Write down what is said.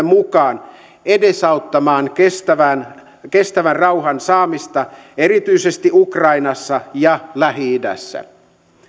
mukaan edesauttamaan kestävän kestävän rauhan saamista erityisesti ukrainassa ja lähi idässä